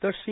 तर श्री